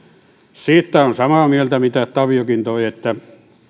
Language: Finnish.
siitä olen samaa mieltä mitä taviokin toi esille että